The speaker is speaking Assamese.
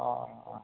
অ' অ'